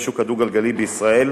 והשוק הדו-גלגלי בישראל,